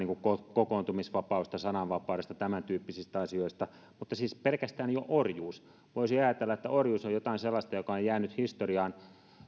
kokoontumisvapaudesta sananvapaudesta tämän tyyppisistä asioista mutta siis pelkästään jo orjuus voisi ajatella että orjuus on jotain sellaista joka on jäänyt historiaan